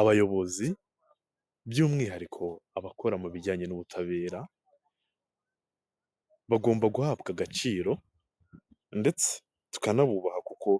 Abayobozi by'umwihariko abakora mu bijyanye n'ubutabera bagomba guhabwa agaciro ndetse tukanabubaha kuko